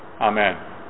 Amen